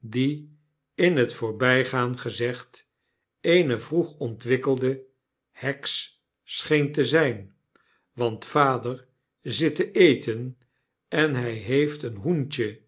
die in t voorbygaan gezegd eene vroeg ontwikkelde heks scheen te zyn want vader zit te eten en hy heeft een hoentje